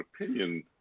opinion